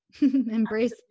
embrace